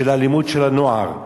של אלימות הנוער.